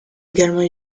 également